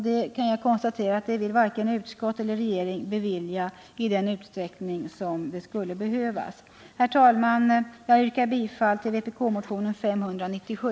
Vi kan konstatera att varken utskott eller regering vill bevilja dessa i den utsträckning det behövs. Herr talman! Jag yrkar bifall till motionen 597.